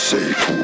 Safe